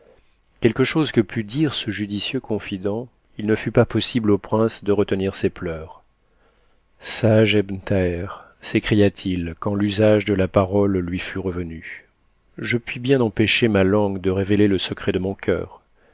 quelque chose que pût dire ce judicieux confident il ne fut pas possible au prince de retenir ses pleurs sage ebn thaher s'écria-t-il quand l'usage de la parole lui fut revenu je puis bien empêcher ma langue de révéler le secret de mon cœur